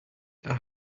are